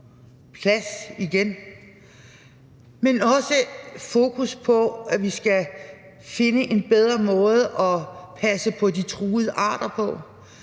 plads igen, men også fokus på, at vi skal finde en bedre måde at passe på de truede arter på